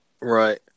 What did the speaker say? Right